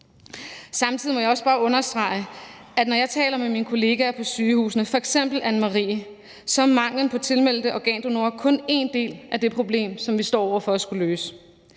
Samtidig må jeg også bare understrege, at når jeg taler med mine kollegaer på sygehusene, f.eks. Anne Marie, er manglen på tilmeldte organdonorer kun én del af det problem, som vi står over